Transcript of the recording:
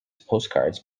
postcards